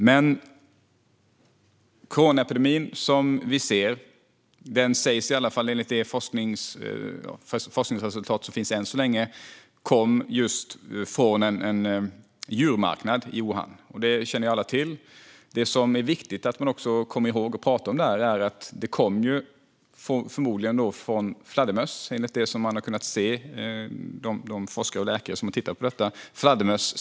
Den coronaepidemi vi ser sägs, i alla fall enligt de forskningsresultat som finns än så länge, komma från en djurmarknad i Wuhan. Detta känner alla till. Det som är viktigt att komma ihåg att tala om är att det hela förmodligen kom från fladdermöss, enligt vad de forskare och läkare som har tittat på detta har kunnat se.